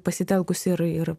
pasitelkusi ir ir